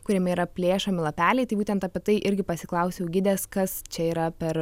kuriame yra plėšomi lapeliai tai būtent apie tai irgi pasiklausiau gidės kas čia yra per